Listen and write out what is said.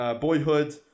Boyhood